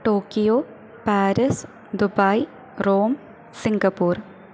Tokyo Paris Dubai Rome Singapore